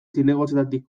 zinegotzietatik